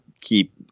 keep